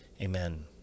Amen